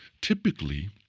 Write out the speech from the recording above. typically